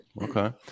okay